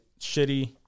Shitty